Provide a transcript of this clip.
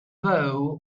vow